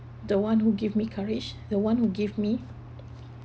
the one who give me courage the one who give me